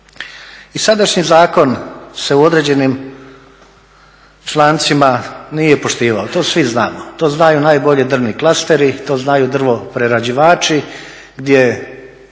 I sadašnji zakon se u određenim člancima nije poštivao, to svi znamo, to znaju najbolje drvni klasteri, to znaju drvoprerađivači gdje